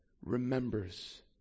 remembers